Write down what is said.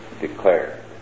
declared